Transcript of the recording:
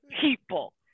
people